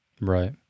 Right